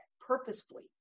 purposefully